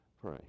Pray